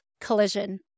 collision